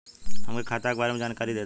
हमके खाता के बारे में जानकारी देदा?